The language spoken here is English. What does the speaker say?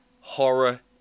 horror